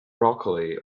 broccoli